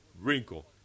wrinkle